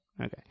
Okay